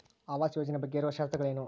ಆವಾಸ್ ಯೋಜನೆ ಬಗ್ಗೆ ಇರುವ ಶರತ್ತುಗಳು ಏನು?